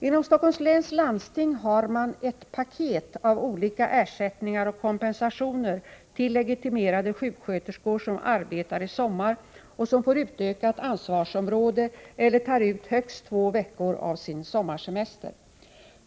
Inom Stockholms läns landsting har man ett ”paket” av olika ersättningar och kompensationer till legitimerade sjuksköterskor som arbetar i sommar och som får utökat ansvarsområde eller tar ut högst två veckor av sin sommarsemester.